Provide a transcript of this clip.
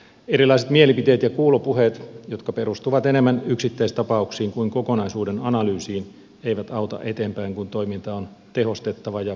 erilaiset mielipiteet ja kuulopuheet jotka perustuvat enemmän yksittäistapauksiin kuin kokonaisuuden analyysiin eivät auta eteenpäin kun toimintaa on tehostettava ja kehitettävä